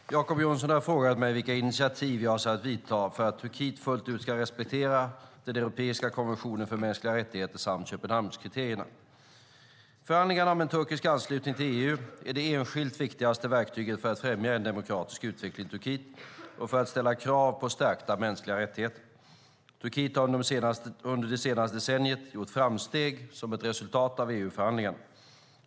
Fru talman! Jacob Johnson har frågat mig vilka initiativ jag avser att ta för att Turkiet fullt ut ska respektera den europeiska konventionen för mänskliga rättigheter samt Köpenhamnskriterierna. Förhandlingarna om en turkisk anslutning till EU är det enskilt viktigaste verktyget för att främja en demokratisk utveckling i Turkiet och för att ställa krav på stärkta mänskliga rättigheter. Turkiet har under det senaste decenniet gjort framsteg som ett resultat av EU-förhandlingarna.